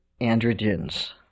androgens